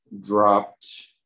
dropped